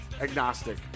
agnostic